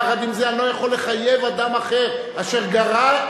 יחד עם זה אני לא יכול לחייב אדם אחר אשר במדינה,